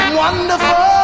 wonderful